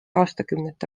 aastakümnete